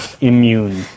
immune